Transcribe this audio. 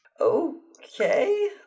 Okay